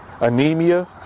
anemia